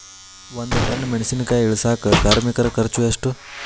ಒಂದ್ ಟನ್ ಮೆಣಿಸಿನಕಾಯಿ ಇಳಸಾಕ್ ಕಾರ್ಮಿಕರ ಖರ್ಚು ಎಷ್ಟು?